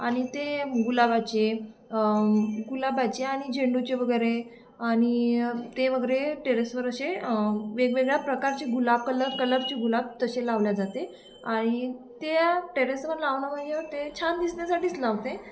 आणि ते गुलाबाचे गुलाबाचे आणि झेंडूचे वगैरे आणि ते वगैरे टेरेसवर असे वेगवेगळ्या प्रकारचे गुलाब कलर कलरचे गुलाब तसे लावल्या जाते आणि त्या टेरेसवर लावल्यामुळे ते छान दिसण्या्साठीच लावते